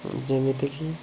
ଯେମିତିକି